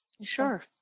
Sure